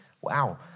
Wow